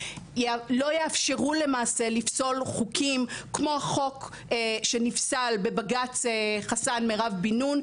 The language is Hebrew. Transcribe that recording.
לא יאפשרו למעשה לפסול חוקים כמו חוק שנפסל בבג"צ חסן מירב בינון,